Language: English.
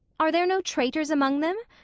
are there no traitors among them?